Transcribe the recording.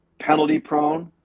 penalty-prone